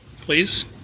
please